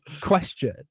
question